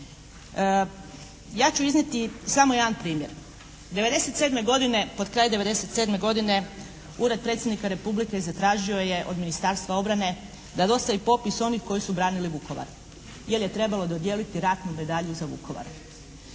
Ja ću iznijeti samo jedan primjer. 1997. godine, pod kraj 1997. godine Ured Predsjednika Republike zatražio je od Ministarstva obrane da dostavi popis onih koji su branili Vukovar jer je trebalo dodijeliti ratnu medalju za Vukovar.